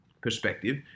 perspective